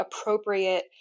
appropriate